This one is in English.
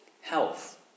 Health